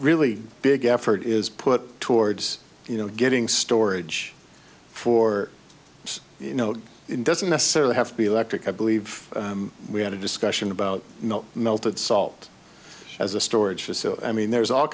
really big effort is put towards you know getting storage for you know it doesn't necessarily have to be electric i believe we had a discussion about not melted salt as a storage facility i mean there's all